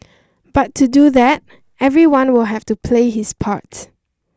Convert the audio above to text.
but to do that everyone will have to play his part